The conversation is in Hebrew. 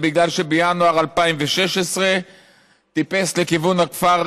זה בגלל שבינואר 2016 טיפס לכיוון הכפר